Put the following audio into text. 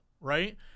right